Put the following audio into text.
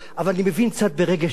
אבל אני מבין קצת ברגש אנושי,